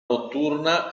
notturna